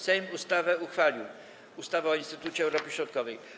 Sejm uchwalił ustawę o Instytucie Europy Środkowej.